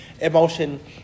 emotion